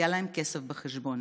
היה להם כסף בחשבון,